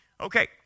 Okay